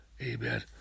Amen